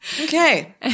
Okay